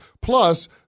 Plus